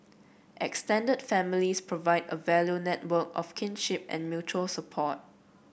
extended families provide a value network of kinship and mutual support